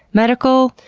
medical,